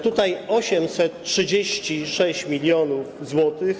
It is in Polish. Tutaj - 836 mln zł.